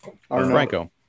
Franco